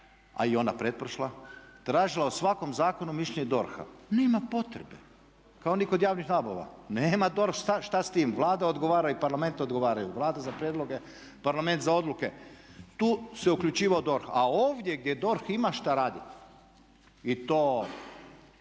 a i ona pretprošla, tražila o svakom zakonu mišljenje DORH-a. Nema potrebe, kao ni kod javnih nabava. Nema DORH što s tim. Vlada odgovara i Parlament odgovaraju, Vlada za prijedloge a Parlament za odluke. Tu se uključivao DORH, a ovdje gdje DORH ima što raditi i to